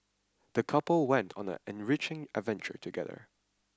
the couple went on an enriching adventure together